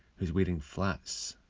whose wearing flats.